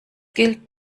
gilt